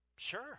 Sure